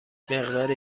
مقداری